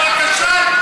מה כשל,